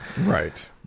right